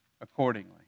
accordingly